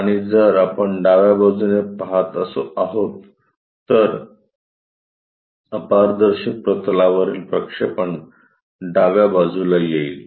आणि जर आपण उजव्या बाजूने पहात आहोत तर अपारदर्शक प्रतलावरील प्रक्षेपण डाव्या बाजूला येईल